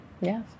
Yes